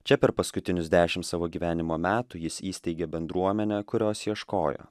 čia per paskutinius dešimt savo gyvenimo metų jis įsteigė bendruomenę kurios ieškojo